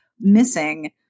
missing